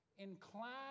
inclined